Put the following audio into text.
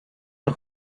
the